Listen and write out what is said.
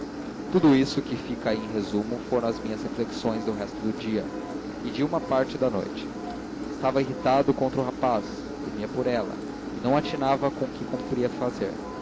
tudo isso que fica aí em resumo foram as minhas reflexões do resto do dia e de uma parte da noite estava irritado contra o rapaz temia por ela e não atinava com o que cumpria fazer